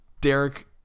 Derek